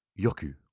yoku